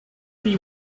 see